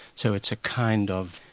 so it's a kind of,